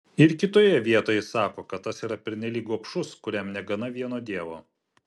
ir kitoje vietoje jis sako kad tas yra pernelyg gobšus kuriam negana vieno dievo